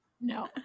No